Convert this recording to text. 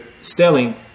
selling